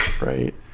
Right